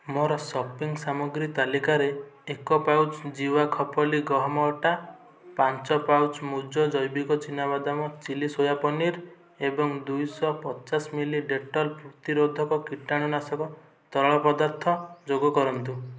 ମୋର ସପିଂ ସାମଗ୍ରୀ ତାଲିକାରେ ଏକ ପାଉଚ୍ ଜୀୱା ଖପ୍ଲି ଗହମ ଅଟା ପାଞ୍ଚ ପାଉଚ୍ ମୂଜ ଜୈବିକ ଚିନାବାଦାମ ଚିଲ୍ଲି ସୋୟା ପନିର୍ ଏବଂ ଦୁଇଶହ ପଚାଶ ମିଲି ଡେଟଲ୍ ପ୍ରତିରୋଧକ କୀଟାଣୁନାଶକ ତରଳ ପଦାର୍ଥ ଯୋଗ କରନ୍ତୁ